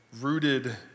rooted